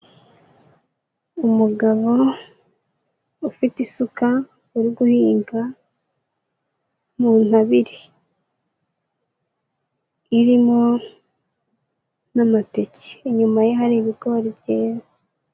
Umugabo ufite isuka uri guhinga mu ntabire irimo amateke. Inyuma ye hari ibigori byiza.